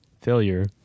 failure